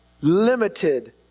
limited